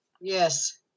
yes